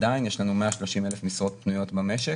עדיין יש לנו 130,000 משרות פנויות במשק